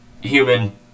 human